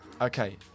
Okay